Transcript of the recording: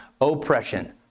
oppression